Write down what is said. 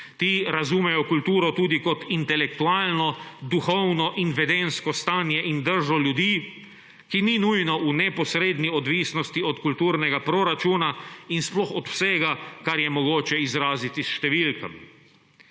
Ti razumejo kulturo tudi kot intelektualno, duhovno in vedenjsko stanje in držo ljudi, ki ni nujno v neposredni odvisnosti od kulturnega proračuna in sploh od vsega, kar je mogoče izraziti s številkami.